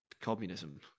communism